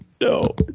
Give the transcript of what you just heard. No